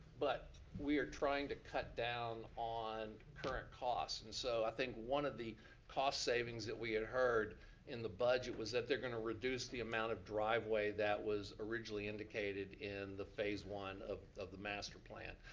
but we are trying to cut down on current costs. and so i think one of the cost savings that we had heard in the budget was that they're gonna reduce the amount of driveway that was originally indicated in the phase one of of the master plan.